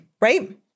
right